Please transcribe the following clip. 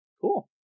Cool